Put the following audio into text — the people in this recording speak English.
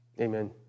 Amen